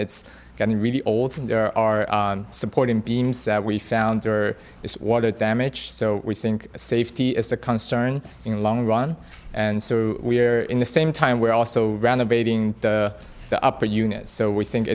it's getting really old and there are supporting beams that we found are water damage so we think safety is a concern in the long run and so we're in the same time we also ran a bating the upper unit so we think